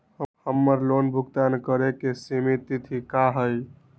हमर लोन भुगतान करे के सिमित तिथि का हई?